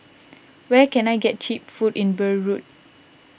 where can I get Cheap Food in Beirut